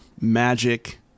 magic